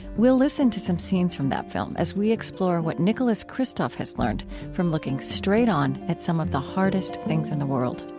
we'll listen to some scenes from that film, as we explore what nicholas kristof has learned from looking straight on at some of the hardest things in the world